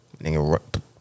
Nigga